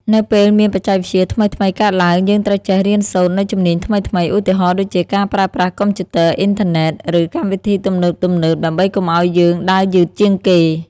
នៅពេលមានបច្ចេកវិទ្យាថ្មីៗកើតឡើង យើងត្រូវចេះរៀនសូត្រនូវជំនាញថ្មីៗ ឧទាហរណ៍ដូចជាការប្រើប្រាស់កុំព្យូទ័រ អ៊ីនធឺណិត ឬកម្មវិធីទំនើបៗ ដើម្បីកុំឱ្យយើងដើរយឺតជាងគេ។